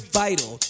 vital